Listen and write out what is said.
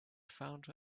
found